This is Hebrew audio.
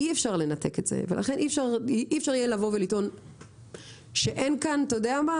אי אפשר לנתק את זה ואי אפשר יהיה לבוא ולטעון שאין כאן אתה יודע מה?